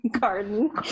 garden